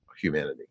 humanity